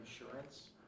insurance